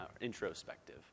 introspective